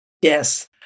Yes